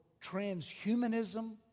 transhumanism